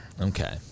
Okay